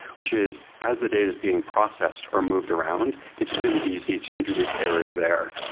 which is as the data is being processed or moved around, it's really easy to introduce errors there.